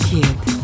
Kid